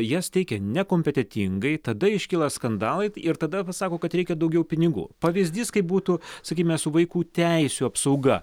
jas teikia nekompetentingai tada iškyla skandalai ir tada pasako kad reikia daugiau pinigų pavyzdys kaip būtų sakykime su vaikų teisių apsauga